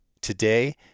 Today